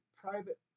private